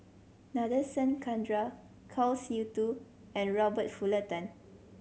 Nadasen Chandra Kwa Siew To and Robert Fullerton